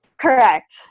Correct